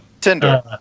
Tinder